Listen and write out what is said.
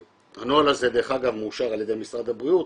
הנוהל הזה דרך אגב מאושר על ידי משרד הבריאות,